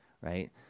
Right